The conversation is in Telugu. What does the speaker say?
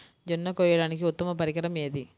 జొన్న కోయడానికి ఉత్తమ పరికరం ఏది?